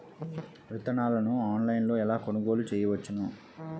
విత్తనాలను ఆన్లైన్లో ఎలా కొనుగోలు చేయవచ్చున?